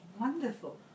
Wonderful